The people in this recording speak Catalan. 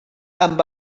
amb